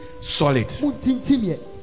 solid